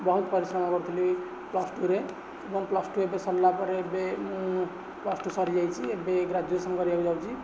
ବହୁତ ପରିଶ୍ରମ କରୁଥିଲି ପ୍ଲସ୍ ଟୁରେ ଏବଂ ପ୍ଲସ୍ ଟୁ ଏବେ ସରିଲା ପରେ ଏବେ ମୁଁ ପ୍ଲସ୍ ଟୁ ସରିଯାଇଛି ଏବେ ଗ୍ରାଜୁଏସନ୍ କରିବାକୁ ଯାଉଛି